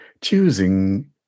choosing